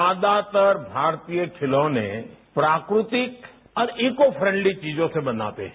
ज्यादातर भारतीय खिलौने प्राकृतिक और ईको फ्रेंडली चीजों से बनाते हैं